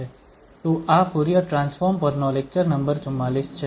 તો આ Fourier transform પરનો લેક્ચર નંબર 44 છે